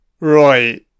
Right